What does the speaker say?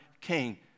king